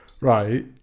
Right